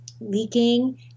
leaking